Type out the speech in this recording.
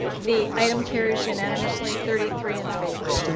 the item carries unanimously. thirty three in favor.